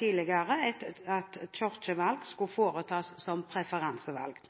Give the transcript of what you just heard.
tidligere at kirkevalg skulle foretas som preferansevalg,